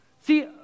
See